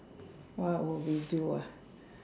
what would we do ah